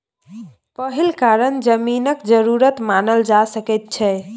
पहिल कारण जमीनक जरूरत मानल जा सकइ छै